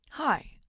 Hi